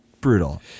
brutal